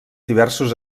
diversos